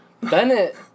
Bennett